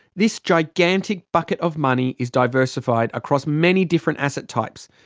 this gigantic bucket of money is diversified across many different asset types,